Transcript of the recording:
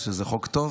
כשזה חוק טוב